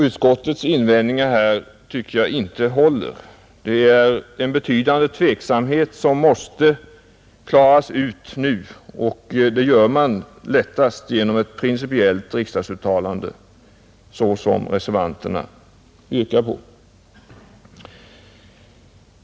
Utskottets invändningar här tycker jag inte håller — det är en betydande tveksamhet som måste klaras ut nu, och det gör man lättast genom ett principiellt riksdagsuttalande, så som reservanterna yrkar. 7.